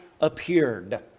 appeared